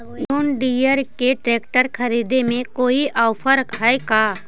जोन Deere के tractor खरिदे में कोई औफर है का?